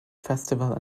festival